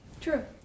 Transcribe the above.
True